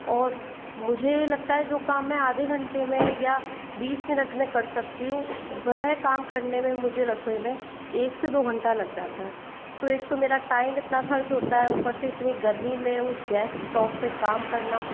और मुझे लगता है जो काम मैं आधे घंटे में या बीस मिनट में कर सकती हूँ वह काम करने में मुझे रसोई में एक से दो घंटा लग जाता है तो एक तो मेरा टाइम इतना खर्च होता है ऊपर से इतनी गर्मी में उस गैस स्टोव पर काम करना